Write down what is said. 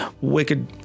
Wicked